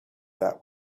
that